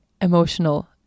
emotional